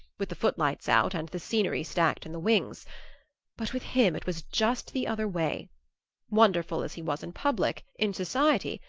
with the footlights out and the scenery stacked in the wings but with him it was just the other way wonderful as he was in public, in society,